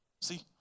See